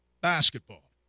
basketball